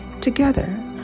together